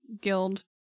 guild